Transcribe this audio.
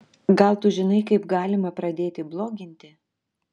gal tu žinai kaip galima pradėti bloginti